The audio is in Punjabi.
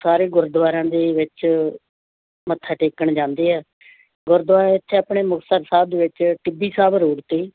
ਸਾਰੇ ਗੁਰਦੁਆਰਿਆਂ ਦੇ ਵਿੱਚ ਮੱਥਾ ਟੇਕਣ ਜਾਂਦੇ ਹੈ ਗੁਰਦੁਆਰੇ 'ਚ ਆਪਣੇ ਮੁਕਤਸਰ ਸਾਹਿਬ ਦੇ ਵਿੱਚ ਟਿੱਬੀ ਸਾਹਿਬ ਰੋਡ 'ਤੇ